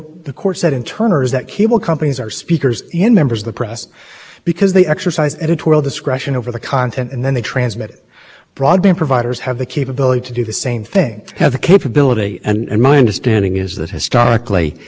this order does is it gives the commission all the discretion in the world to regulate the dissemination of content it's a lot like the law in city of lakewood which involved the placement of news racks the courts its records said this law gives too much discretion to the government to decide